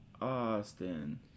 austin